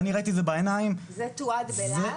ואני ראיתי את זה בעיניים זה --- זה תועד בלהב?